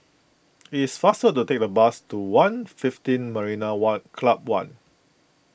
it is faster to take the bus to one'fifteen Marina what Club one